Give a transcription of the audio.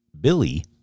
Billy